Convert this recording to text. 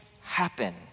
happen